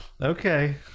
okay